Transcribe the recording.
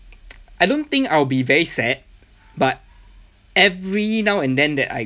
I don't think I'll be very sad but every now and then that I